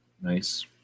nice